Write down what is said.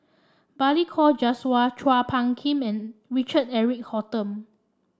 Balli Kaur Jaswal Chua Phung Kim and Richard Eric Holttum